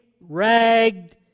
ragged